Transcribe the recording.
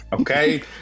okay